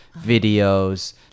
videos